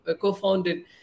co-founded